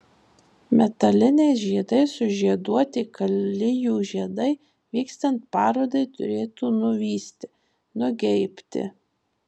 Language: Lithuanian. metaliniais žiedais sužieduoti kalijų žiedai vykstant parodai turėtų nuvysti nugeibti